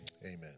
Amen